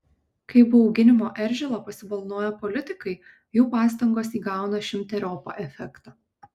kai bauginimo eržilą pasibalnoja politikai jų pastangos įgauna šimteriopą efektą